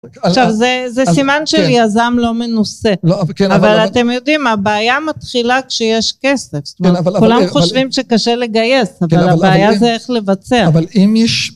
עכשיו זה סימן של יזם לא מנוסף, אבל אתם יודעים הבעיה מתחילה כשיש כסף, כולם חושבים שקשה לגייס אבל הבעיה זה איך לבצע